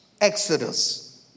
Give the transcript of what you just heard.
Exodus